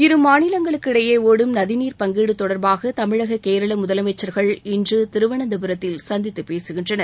இரு மாநிலங்களுக்கு இடையே ஒடும் நதிநீர் பங்கீடு தொடர்பாக தமிழக கேரள முதலமைச்சர்கள் இன்று திருவனந்தபுரத்தில் சந்தித்துப் பேசுகின்றனர்